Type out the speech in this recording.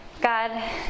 God